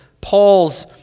Paul's